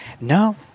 no